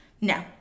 no